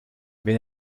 wenn